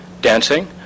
Dancing